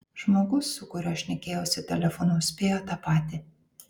žmogus su kuriuo šnekėjausi telefonu spėjo tą patį